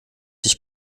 dich